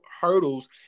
hurdles